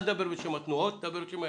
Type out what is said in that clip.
אל תדבר בשם התנועות דבר בשם הארגונים.